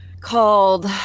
called